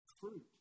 fruit